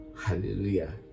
Hallelujah